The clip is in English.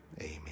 amen